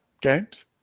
games